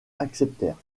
acceptèrent